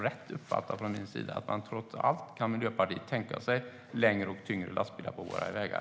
Kan Miljöpartiet trots allt tänka sig längre och tyngre lastbilar på våra vägar?